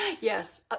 Yes